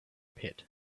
pit